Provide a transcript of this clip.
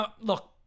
Look